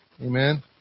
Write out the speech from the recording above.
Amen